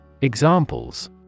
Examples